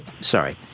Sorry